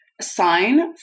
sign